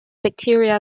bacteria